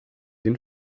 den